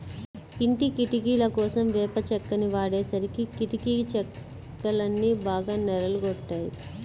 ఇంటి కిటికీలకోసం వేప చెక్కని వాడేసరికి కిటికీ చెక్కలన్నీ బాగా నెర్రలు గొట్టాయి